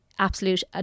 absolute